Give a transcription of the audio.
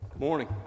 Morning